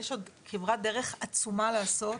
יש עוד כברת דרך עצומה לעשות.